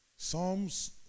Psalms